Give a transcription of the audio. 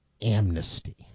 amnesty